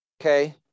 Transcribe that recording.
okay